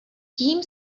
tím